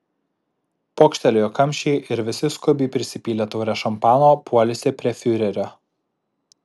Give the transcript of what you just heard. pokštelėjo kamščiai ir visi skubiai prisipylę taures šampano puolėsi prie fiurerio